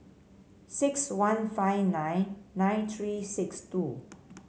six one five nine nine three six two